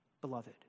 beloved